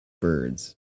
birds